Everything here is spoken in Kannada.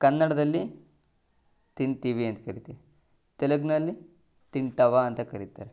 ಕನ್ನಡದಲ್ಲಿ ತಿಂತೀವಿ ಅಂತ ಕರೀತೀವಿ ತೆಲುಗ್ನಲ್ಲಿ ತಿಂಟಾವ ಅಂತ ಕರೀತಾರೆ